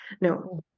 no